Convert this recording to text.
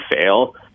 fail